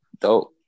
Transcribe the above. dope